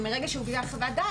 שמרגע שהוגשה חוות דעת,